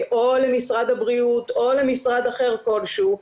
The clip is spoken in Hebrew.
או למשרד הבריאות או למשרד אחר כלשהו,